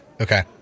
Okay